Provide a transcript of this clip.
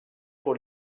pour